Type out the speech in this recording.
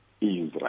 Israel